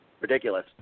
ridiculous